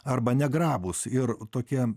arba negrabūs ir tokie